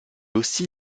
aussi